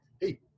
Hey